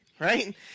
Right